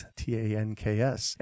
t-a-n-k-s